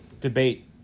debate